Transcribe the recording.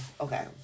Okay